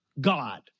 God